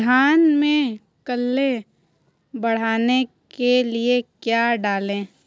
धान में कल्ले बढ़ाने के लिए क्या डालें?